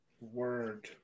Word